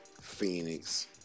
Phoenix